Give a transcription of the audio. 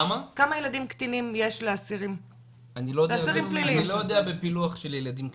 אני לא יודע בפילוח של ילדים קטינים.